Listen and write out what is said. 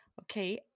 Okay